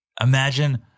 Imagine